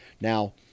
now